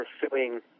pursuing